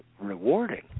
rewarding